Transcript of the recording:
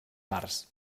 parts